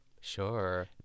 Sure